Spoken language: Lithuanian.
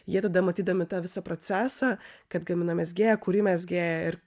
jie tada matydami tą visą procesą kad gamina mezgėja kuri mezgėja ir